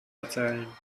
erzählen